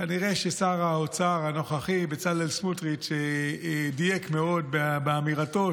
כנראה ששר האוצר הנוכחי בצלאל סמוטריץ' דייק מאוד באמירתו,